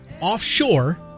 offshore